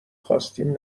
خواستیم